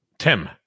Tim